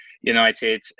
United